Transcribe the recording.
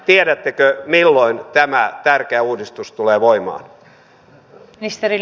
tiedättekö milloin tämä tärkeä uudistus tulee voimaan